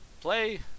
Play